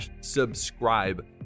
subscribe